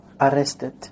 arrested